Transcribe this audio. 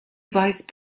vice